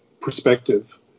perspective